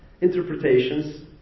interpretations